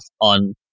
on